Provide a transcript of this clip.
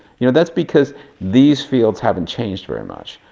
you know that's because these fields haven't changed very much.